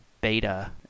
beta